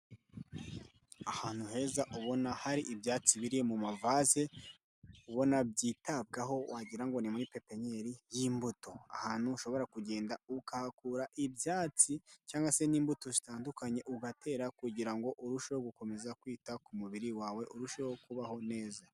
Ahantu heza ubona hari ibyatsi biri mu mavaze, ubona byitabwaho wagira ngo ni muri pepenyeri y'imbuto, ahantu ushobora kugenda ukahakura ibyatsi cyangwa se n'imbuto zitandukanye, ugatera kugira ngo urusheho gukomeza kwita ku mubiri wawe urusheho kubaho neza.